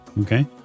Okay